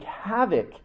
havoc